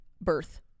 birth